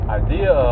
idea